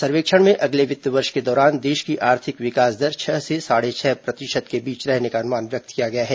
सर्वेक्षण में अगले वित्त वर्ष के दौरान देश की आर्थिक विकास दर छह से साढ़े छह प्रतिशत के बीच रहने का अनुमान व्यक्त किया गया है